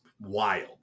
wild